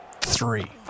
Three